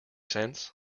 sense